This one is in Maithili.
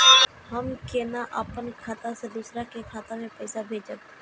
हम केना अपन खाता से दोसर के खाता में पैसा भेजब?